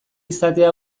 izatea